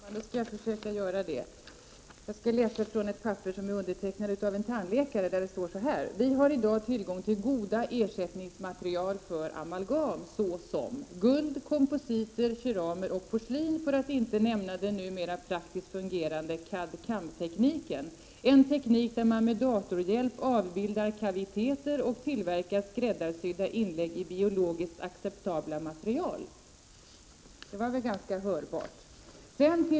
Herr talman! Ja, då skall jag försöka göra det. Jag skall läsa från ett papper som är undertecknat av en tandläkare. Det står så här: ”Vi har i dag tillgång till goda ersättningsmaterial för amalgam såsom: guld, kompositer, keramer och porslin, för att inte nämna den numera praktiskt fungerande cad-camtekniken — en teknik där man med datorhjälp avbildar kaviteter och tillverkar skräddarsydda inlägg i biologiskt acceptabla material.” Det var väl ganska hörvärt.